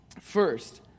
First